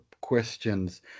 questions